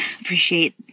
Appreciate